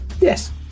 Yes